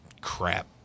crap